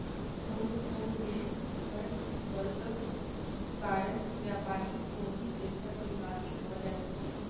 Hong Kong में कर स्वर्गक कारण व्यापारी ओहि देशक निवासी भ जाइत अछिं